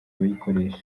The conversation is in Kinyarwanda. abayikoresha